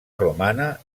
romana